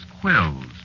quills